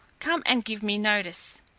come and give me notice.